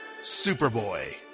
Superboy